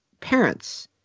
parents